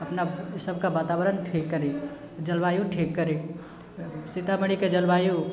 अपना ई सबके वातावरण ठीक करी जलवायु ठीक करी सीतामढ़ीके जलवायु